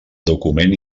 document